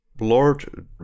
Lord